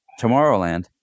Tomorrowland